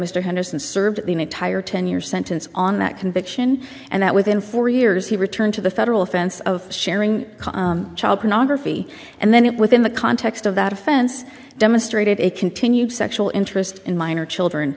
mr henderson served the entire ten year sentence on that conviction and that within four years he returned to the federal offense of sharing child pornography and then it within the context of that offense demonstrated a continued sexual interest in minor children